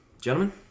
Gentlemen